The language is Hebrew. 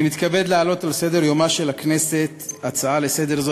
אני מתכבד להעלות על סדר-יומה של הכנסת הצעה זו לסדר-היום,